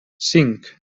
cinc